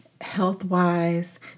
health-wise